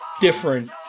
different